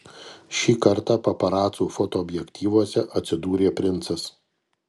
šį kartą paparacų fotoobjektyvuose atsidūrė princas